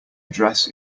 address